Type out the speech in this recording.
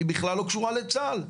היא בכלל לא קשורה לצה"ל.